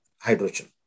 hydrogen